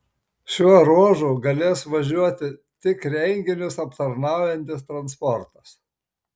šiuo ruožu galės važiuoti tik renginius aptarnaujantis transportas